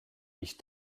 ich